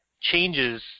changes